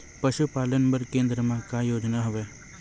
पशुपालन बर केन्द्र म का योजना हवे?